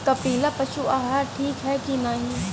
कपिला पशु आहार ठीक ह कि नाही?